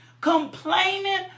Complaining